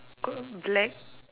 got black